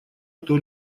кто